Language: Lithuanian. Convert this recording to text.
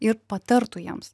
ir patartų jiems